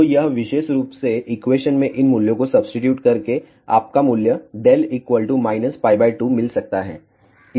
तो यह विशेष रूप से एक्वेशन में इन मूल्यों को सब्सीटीट्यूट करके आपका मूल्य δ π2 मिल सकता है